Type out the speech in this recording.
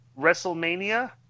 WrestleMania